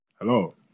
Hello